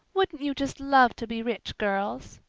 wouldn't you just love to be rich, girls?